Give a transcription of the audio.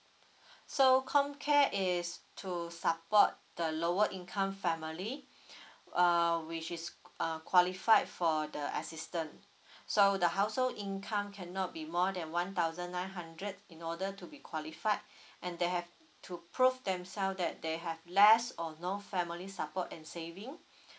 so COMCARE is to support the lower income family um which is err qualified for the assistant so the household income cannot be more than one thousand nine hundred in order to be qualified and they have to prove themselves that they have less or no family support and saving